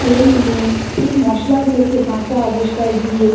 তেল নিয়ে সেই মশলাগুলোকে কাঁচা অবস্থায় দিয়ে